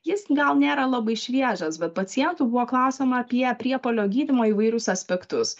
jis gal nėra labai šviežas bet pacientų buvo klausiama apie priepuolio gydymo įvairius aspektus